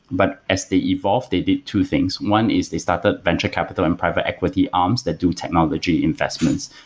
but as they evolved, they did two things. one is they started venture capital and private equity arms that do technology investments.